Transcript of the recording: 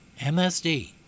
MSD